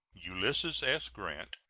ulysses s. grant,